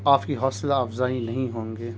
آپ کی حوصلہ افزائی نہیں ہوں گے